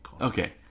Okay